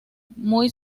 muy